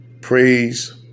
Praise